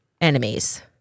enemies